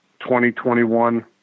2021